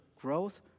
growth